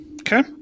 Okay